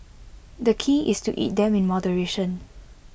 the key is to eat them in moderation